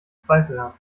zweifelhaft